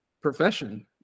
profession